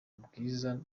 bwiza